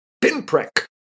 pinprick